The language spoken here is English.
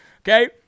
Okay